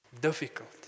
Difficult